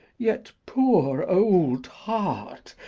yet, poor old heart,